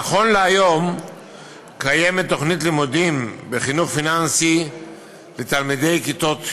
נכון להיום קיימת תוכנית לימודים בחינוך פיננסי לתלמידי כיתות י',